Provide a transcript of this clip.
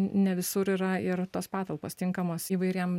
ne visur yra ir tos patalpos tinkamos įvairiem